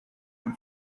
from